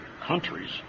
countries